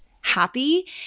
happy